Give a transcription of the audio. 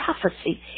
prophecy